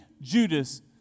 Judas